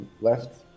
Left